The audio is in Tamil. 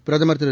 பிரதமர் திரு